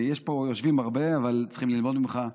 יושבים הרבה, אבל צריכים ללמוד ממך,